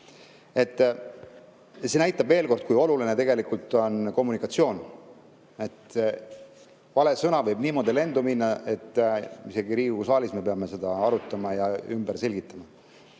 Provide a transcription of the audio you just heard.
See näitab veel kord, kui oluline on kommunikatsioon. Vale sõna võib niimoodi lendu minna, et isegi Riigikogu saalis me peame seda arutama ja selgitama.